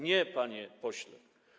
Nie, panie pośle.